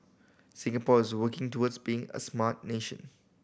Singapore is working towards being a smart nation